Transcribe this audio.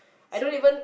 so